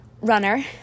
runner